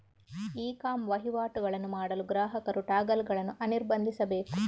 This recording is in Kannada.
ಇ ಕಾಮ್ ವಹಿವಾಟುಗಳನ್ನು ಮಾಡಲು ಗ್ರಾಹಕರು ಟಾಗಲ್ ಗಳನ್ನು ಅನಿರ್ಬಂಧಿಸಬೇಕು